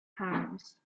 firms